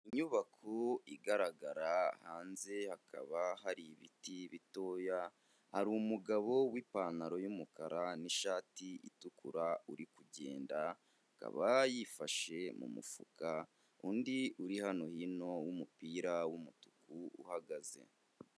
Inyubako igaragara hanze hakaba hari ibiti bitoya, hari umugabo w'ipantaro y'umukara n'ishati itukura uri kugenda, akaba yifashe mu mufuka, undi uri hano hino w'umupira w'umutuku uhagaze.